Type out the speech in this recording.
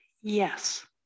yes